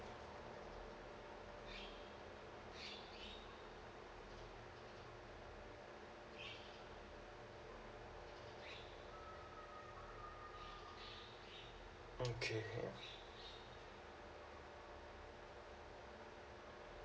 okay